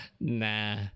Nah